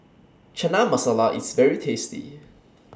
Chana Masala IS very tasty